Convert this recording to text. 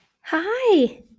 Hi